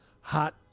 hot